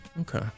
Okay